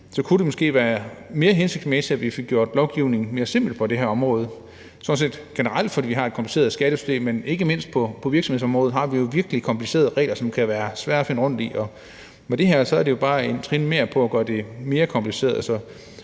kunne det måske være mere hensigtsmæssigt, at vi fik gjort lovgivningen mere simpel på det her område. For vi har generelt et kompliceret skattesystem, men ikke mindst på virksomhedsområdet har vi jo virkelig komplicerede regler, som kan være svære at finde rundt i. Og med det her er det jo bare et trin mere i forhold til at gøre det mere kompliceret.